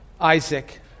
Isaac